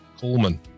Coleman